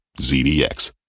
ZDX